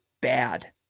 bad